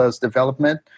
development